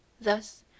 Thus